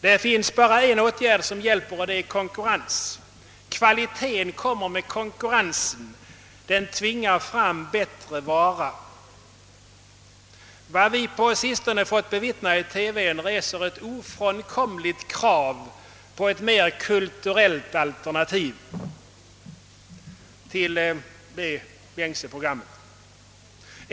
Det finns bara en åtgärd som hjälper, och det är konkurrens. Kvaliteten kommer med konkurrensen, ty denna tvingar fram bättre vara. Vad vi på sistone fått bevittna i TV reser ett ofrånkomligt krav på ett mer kulturellt alternativ till de gängse programmen.